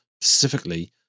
specifically